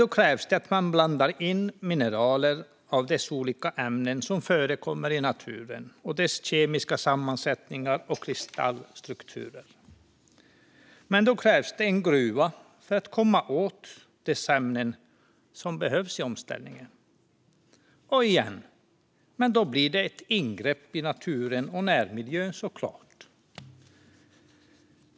Då krävs det att man blandar in mineral av dessa olika ämnen som förekommer i naturen, liksom deras kemiska sammansättningar och kristallstrukturer. Det krävs dock en gruva för att komma åt de ämnen som behövs i omställningen, och då blir det, återigen, självklart ett ingrepp i naturen och närmiljön.